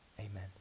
Amen